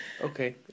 Okay